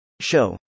Show